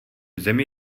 zemi